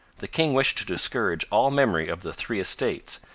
the king wished to discourage all memory of the three estates,